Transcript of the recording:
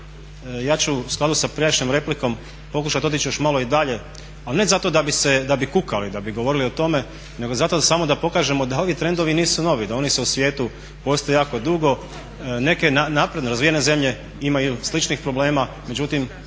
ja ću u skladu sa prijašnjom replikom pokušati otići još malo i dalje ali ne zato da bi kukali, da bi govorili o tome nego zato samo da pokažemo da ovi trendovi nisu novi, da oni u svijetu postoje jako dugo. Neke napredne, razvijene zemlje imaju sličnih problema međutim